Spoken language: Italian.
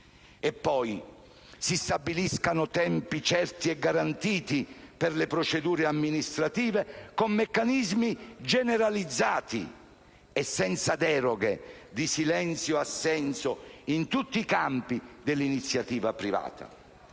sia? Si stabiliscano poi tempi certi e garantiti per le procedure amministrative, con meccanismi generalizzati e senza deroghe di silenzio-assenso in tutti i campi dell'iniziativa privata.